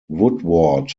woodward